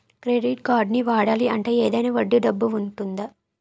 Credit కార్డ్ని వాడాలి అంటే ఏదైనా వడ్డీ డబ్బు ఉంటుందా?